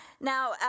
Now